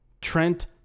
trent